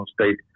state